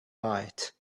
bite